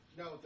no